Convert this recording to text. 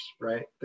right